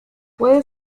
puede